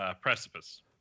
Precipice